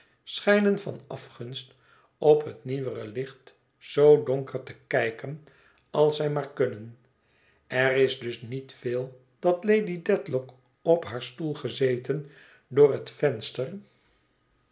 schijnen van afgunst op het nieuwere licht zoo donker te kijken als zij maar kunnen er is dus niet veel dat lady dedlock op haar stoel gezeten door het venster